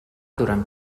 durant